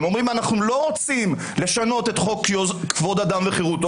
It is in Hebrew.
אומרים: אנחנו לא רוצים לשנות את חוק יסוד: כבוד אדם וחירותו